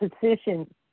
position